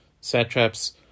satraps